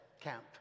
camp